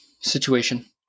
situation